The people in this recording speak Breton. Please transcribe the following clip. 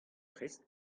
prest